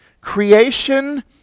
creation